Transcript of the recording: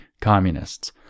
communists